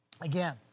Again